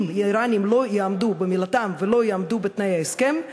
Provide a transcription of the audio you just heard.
אם האיראנים לא יעמדו במילתם ולא יעמדו בתנאי ההסכם,